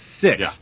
Six